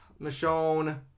Michonne